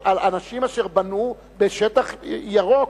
לגבי אנשים שבנו בשטח ירוק,